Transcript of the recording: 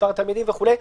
מספר התלמידים וכולי,